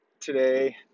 today